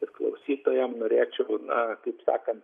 ir klausytojam norėčiau na kaip sakant